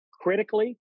critically